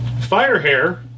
Firehair